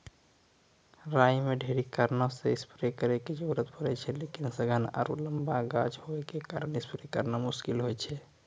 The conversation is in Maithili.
राई मे ढेरी कारणों से स्प्रे करे के जरूरत पड़े छै लेकिन सघन आरु लम्बा गाछ होय के कारण स्प्रे करना मुश्किल होय छै?